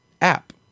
app